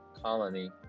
colony